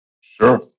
Sure